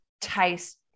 taste